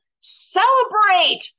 celebrate